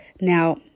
Now